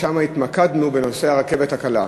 ואז התמקדנו בנושא הרכבת הקלה.